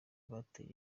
bateye